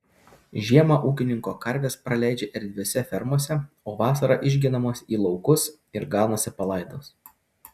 žiemą ūkininko karvės praleidžia erdviose fermose o vasarą išgenamos į laukus ir ganosi palaidos